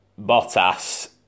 Bottas